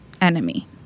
enemy